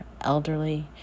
elderly